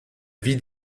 vie